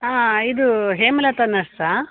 ಹಾಂ ಇದೂ ಹೇಮಲತ ನರ್ಸಾ